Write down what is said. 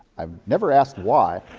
i've never asked why.